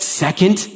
second